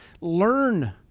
Learn